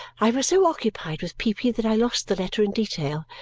i was so occupied with peepy that i lost the letter in detail,